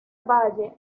valle